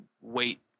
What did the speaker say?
wait